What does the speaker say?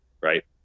right